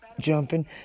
jumping